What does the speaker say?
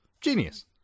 genius